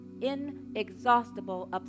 inexhaustible